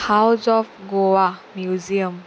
house of Goa museum